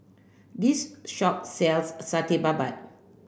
this shop sells Satay Babat